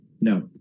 No